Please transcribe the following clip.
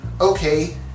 okay